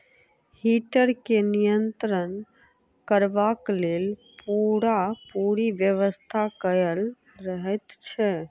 heater के नियंत्रण करबाक लेल पूरापूरी व्यवस्था कयल रहैत छै